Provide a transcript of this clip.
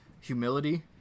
humility